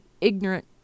ignorant